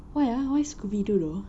why ah why scooby doo though